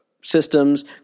systems